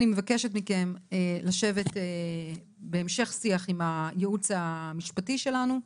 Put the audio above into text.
אני מבקשת מכם לשבת בהמשך שיח עם הייעוץ המשפטי שלנו,